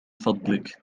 فضلك